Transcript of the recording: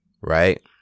Right